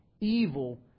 evil